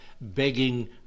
begging